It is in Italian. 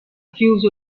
chiuso